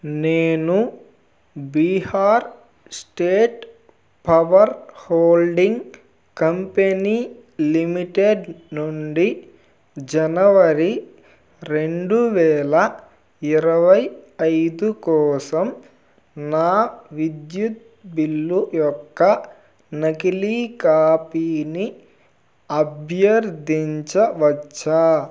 నేను Bihar state power holding company limited నుండి జనవరి రెండువేల ఇరవై ఐదు కోసం నా విద్యుత్ బిల్లు యొక్క నకిలీ కాపీని అభ్యర్థించవచ్చా